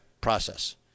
process